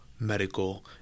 medical